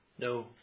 No